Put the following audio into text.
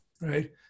right